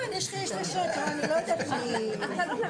הישיבה הזו היא ישיבת ועדה שלישית